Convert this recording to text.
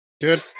Good